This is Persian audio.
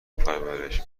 پرورش